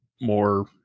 more